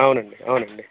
అవునండి అవునండి